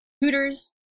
Hooters